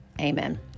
Amen